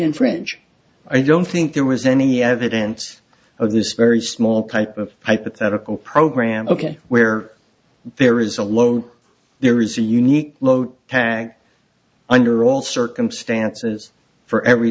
infringe i don't think there was any evidence of this very small pipe of hypothetical program ok where there is a load there is a unique low tag under all circumstances for every